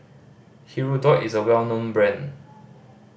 hirudoid is a well known brand